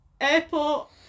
airport